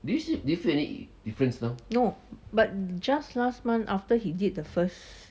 no but just last month after he did the first